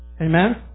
Amen